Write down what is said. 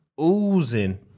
oozing